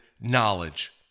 knowledge